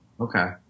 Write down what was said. Okay